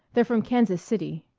they're from kansas city.